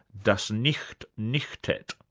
das nicht, nichtet.